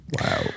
Wow